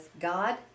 God